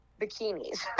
bikinis